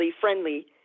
friendly